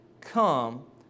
Come